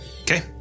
Okay